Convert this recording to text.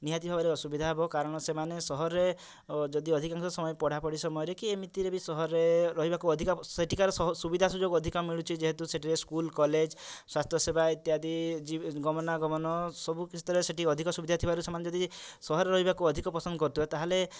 ନିହାତି ଭାବରେ ଅସୁବିଧା ହବ କାରଣ ସେମାନେ ସହର ରେ ଯଦି ଅଧିକାଂଶ ସମୟ ପଢ଼ା ପଢ଼ି ସମୟ ରେ କି ଏମିତି ରେ ବି ସହରରେ ରହିବାକୁ ଅଧିକା ସେଠିକାର ସୁବିଧା ସୁଯୋଗ ଅଧିକା ମିଳୁଛି ଯେହେତୁ ସେଇଠିରେ ସ୍କୁଲ୍ କଲେଜ୍ ସ୍ଵାସ୍ଥ୍ୟ ସେବା ଇତ୍ୟାଦି ଗମନା ଗମନ ସବୁ କ୍ଷେତ୍ର ରେ ସେଇଠି ଅଧିକ ସୁବିଧା ଥିବାରୁ ସେମାନେ ଯଦି ସହରରେ ରହିବାକୁ ଅଧିକ ପସନ୍ଦ କରୁଥିବେ ତାହେଲେ